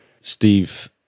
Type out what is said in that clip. Steve